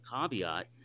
caveat